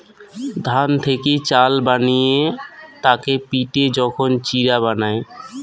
ধান থেকি চাল বানিয়ে তাকে পিটে যখন চিড়া বানায়